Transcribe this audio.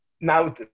Now